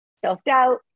self-doubt